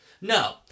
No